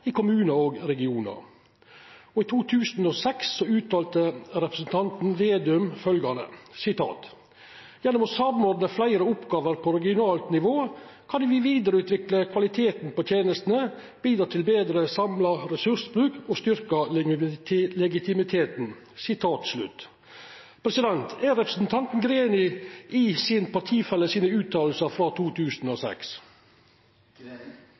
i kommunar og regionar. I 2006 uttalte representanten Slagsvold Vedum følgjande: «Gjennom å samordne flere oppgaver på regionalt nivå kan vi videreutvikle kvaliteten på tjenestene, bidra til bedre samlet ressursbruk og styrke legitimiteten.» Er representanten Greni einig i utsegna frå sin partifelle frå 2006?